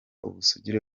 ubusugire